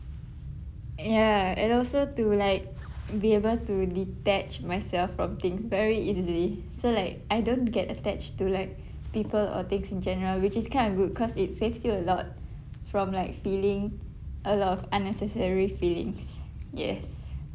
ya and also to like be able to detach myself from things very easily so like I don't get attached to like people or things in general which is kind of good cause it saves you a lot from like feeling a lot of unnecessary feelings yes